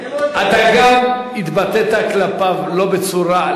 אתה גם התבטאת כלפיו לא בצורה,